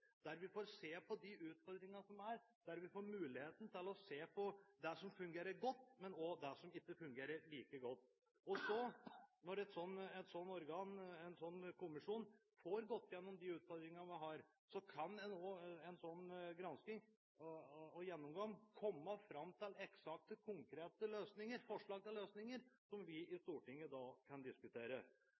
der vi får se på de utfordringene som er, der vi får muligheten til å se på det som fungerer godt – og også på det som ikke fungerer like godt. Når en kommisjon har gått gjennom de utfordringene vi har, kan en sånn gransking og gjennomgang komme fram til eksakte, konkrete forslag til løsninger som vi i Stortinget kan diskutere.